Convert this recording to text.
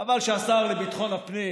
חבל שהשר לביטחון הפנים